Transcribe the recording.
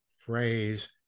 phrase